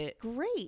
great